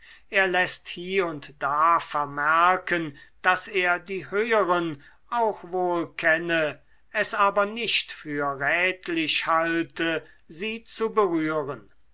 er läßt hie und da vermerken daß er die höheren auch wohl kenne es aber nicht für rätlich halte sie zu berühren